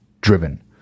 driven